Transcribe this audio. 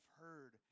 heard